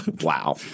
Wow